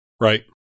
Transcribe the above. Right